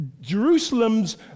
Jerusalem's